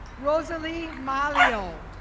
rosa lee malio.